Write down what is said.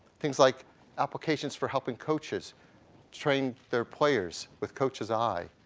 things like applications for helping coaches train their players with coaches' eye